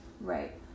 Right